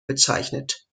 bezeichnet